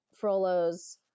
Frollo's